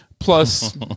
Plus